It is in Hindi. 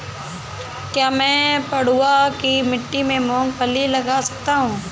क्या मैं पडुआ की मिट्टी में मूँगफली लगा सकता हूँ?